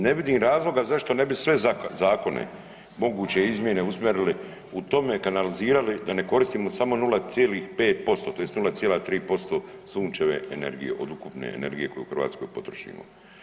Ne vidim razloga zašto ne bi sve zakone moguće izmjene usmjerili u tome kanalizirali da ne koristimo samo 0,5% tj. 0,3% sunčeve energije od ukupne energije koju u Hrvatskoj potrošimo.